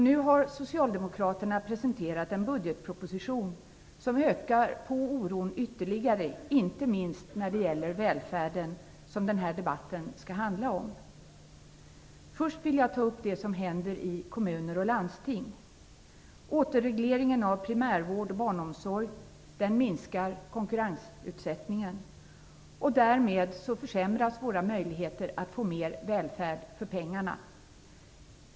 Nu har Socialdemokraterna presenterat en budgetproposition som ökar på oron ytterligare inte minst när det gäller välfärden, som den här debatten skall handla om. Jag vill först ta upp det som händer i kommuner och landsting. Återregleringen av primärvård och barnomsorg minskar konkurrensutsättningen. Därmed försämras våra möjligheter att få mer välfärd för pengarna.